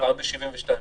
פעם ב-72 שעות.